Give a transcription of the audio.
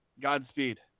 Godspeed